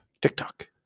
TikTok